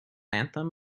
anthem